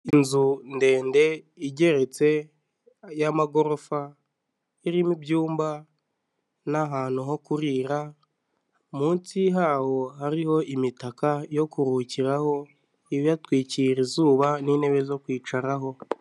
Inzu ndende igeretse y'amagorofa irimo ibyumba n'ahantu ho kurira, munsi haho hariho imitaka yo kuruhukiraho ibayatwikira izuba n'intebe zo kwicaraho.